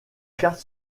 carte